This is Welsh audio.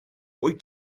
wyt